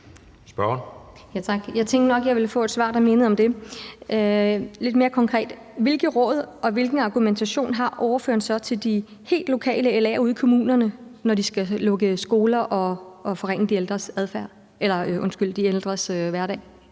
Hvilke råd og hvilken argumentation har ordføreren så til de helt lokale LA'ere ude i kommunerne, når de skal lukke skoler og forringe de ældres hverdag?